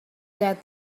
that